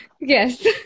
yes